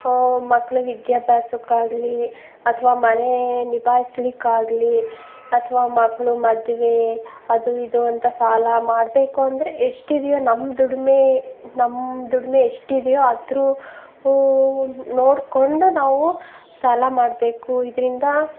ಮಕ್ಳ ವಿದ್ಯಾಭ್ಯಾಸಕ್ಕಾಗಲಿ ಅಥವಾ ಮನೆ ನಿಭಾಯಿಸಲಿಕ್ಕಾಗ್ಲಿ ಅಥವಾ ಮಗ್ಳ ಮದುವೆ ಅದೂ ಇದೂ ಅಂತ ಸಾಲ ಮಾಡಬೇಕು ಅಂದರೆ ಎಷ್ಟಿದೆಯೋ ನಮ್ಮ ದುಡಿಮೆ ನಮ್ಮ ದುಡಿಮೆ ಎಷ್ಟಿದೆಯೋ ಅದ್ರ ನೋಡಿಕೊಂಡು ನಾವು ಸಾಲ ಮಾಡಬೇಕು ಇದರಿಂದ